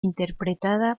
interpretada